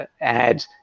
add